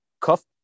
Cuff